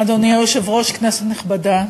אדוני היושב-ראש, כנסת נכבדה,